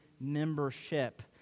membership